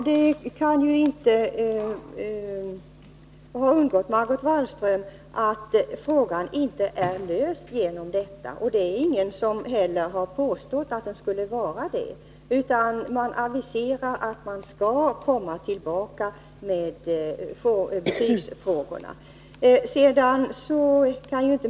Fru talman! Det kan inte ha undgått Margot Wallström att frågan om betygsättning vid lärarutbildningen inte är löst i och med dagens beslut. Det har heller ingen påstått. Det aviseras ju också att man skall återkomma med förslag i betygsfrågorna.